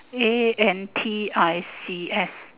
A N T I C S